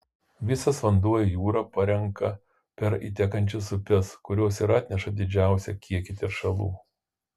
visas vanduo į jūrą parenka per įtekančias upes kurios ir atneša didžiausią kiekį teršalų